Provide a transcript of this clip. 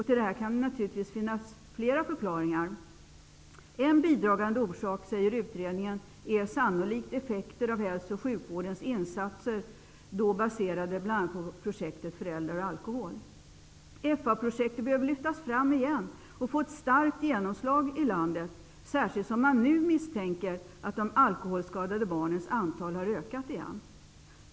Till detta kan naturligtvis finnas flera förklaringar. En bidragande orsak, säger utredningen, är sannolikt effekter av hälso och sjukvårdens insatser baserade bl.a. på projektet FA-projektet behöver lyftas fram igen och få ett starkt genomslag i landet, särskilt som man nu misstänker att de alkoholskadade barnens antal har ökat igen.